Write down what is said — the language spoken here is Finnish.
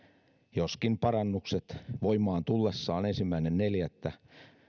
joskin parannukset voimaan tullessaan ensimmäinen neljättä